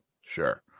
Sure